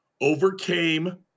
overcame